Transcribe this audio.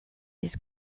his